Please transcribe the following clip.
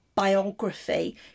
Biography